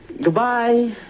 Goodbye